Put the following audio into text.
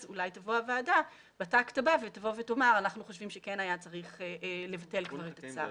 אז אולי תאמר הוועדה אנחנו חושבים שכן היה צריך לבטל כבר את הצו.